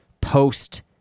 post